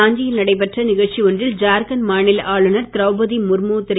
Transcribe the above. ராஞ்சியில் நடைபெற்ற நிகழ்ச்சி ஒன்றில் ஜார்கன்ட் மாநில ஆளுநர் த்ரௌபதி முர்மு திரு